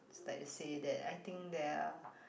like to say that I think there are